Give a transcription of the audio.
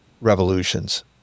revolutions